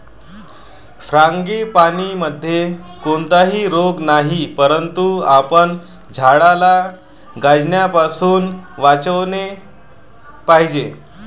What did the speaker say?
फ्रांगीपानीमध्ये कोणताही रोग नाही, परंतु आपण झाडाला गंजण्यापासून वाचवले पाहिजे